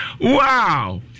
Wow